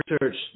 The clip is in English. research